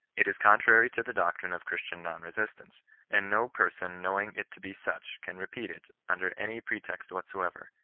it is con trary to the doctrine of christian non-resistance and no person knowing it to be such can repeat it under any pretext whatsoever,